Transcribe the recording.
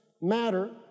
matter